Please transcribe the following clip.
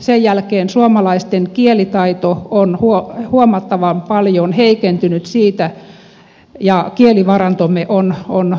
sen jälkeen suomalaisten kielitaito on huomattavan paljon heikentynyt siitä ja kielivarantomme on supistunut